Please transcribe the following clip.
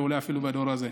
ואולי אפילו בדור הזה.